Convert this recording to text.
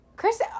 Chris